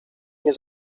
nie